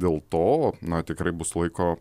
dėl to na tikrai bus laiko